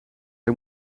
hij